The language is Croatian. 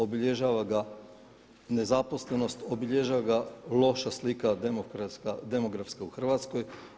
Obilježava ga nezaposlenost, obilježava ga loša slika demografska u Hrvatskoj.